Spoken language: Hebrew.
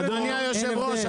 אדוני יושב הראש,